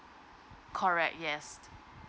correct yes